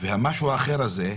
והמשהו האחר הזה,